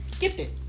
gifted